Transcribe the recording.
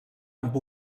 amb